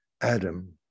adam